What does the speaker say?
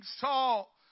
Saul